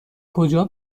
کجا